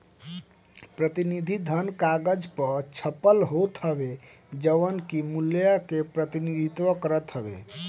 प्रतिनिधि धन कागज पअ छपल होत हवे जवन की मूल्य के प्रतिनिधित्व करत हवे